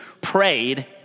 prayed